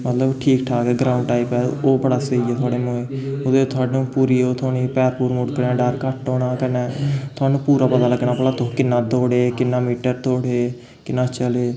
मतलब ठीक ठाक ऐ ग्राउंड टाइप ऐ ओह् बड़ा स्हेई ऐ थुआढ़े मूजब ओह्दे नै थुआढ़ी पूरी ओह् थ्होनी पैर पूर मुड़कने दा डर घट्ट होना कन्नै थुहानूं पूरा पता लग्गना भला तुस किन्ना दौड़े किन्ना मीटर दौड़े किन्ना चले